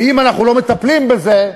ואם אנחנו לא מטפלים בזה,